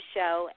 Show